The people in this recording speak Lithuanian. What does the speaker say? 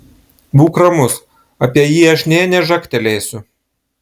būk ramus apie jį aš nė nežagtelėsiu